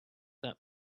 that